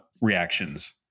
reactions